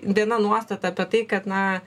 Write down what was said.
viena nuostata apie tai kad na